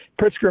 Pritzker